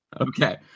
Okay